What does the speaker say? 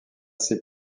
ses